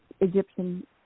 Egyptian